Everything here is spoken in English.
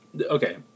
okay